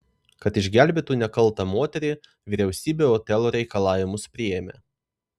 kad išgelbėtų nekaltą moterį vyriausybė otelo reikalavimus priėmė